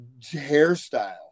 hairstyle